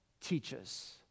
teaches